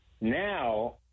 Now